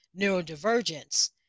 neurodivergence